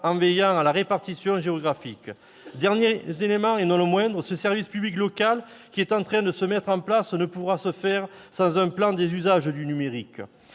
en veillant à la répartition géographique. Dernier élément et non le moindre : ce service public local, qui est en train de se mettre en place, ne pourra exister sans un plan des usages du numérique.